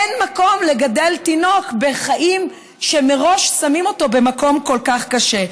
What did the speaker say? אין מקום לגדל תינוק בחיים שמראש שמים אותו במקום כל כך קשה.